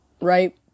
right